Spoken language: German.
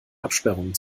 absperrungen